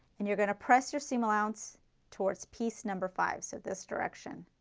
and you are going to press your seam allowance towards piece number five, so this direction.